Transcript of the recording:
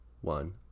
one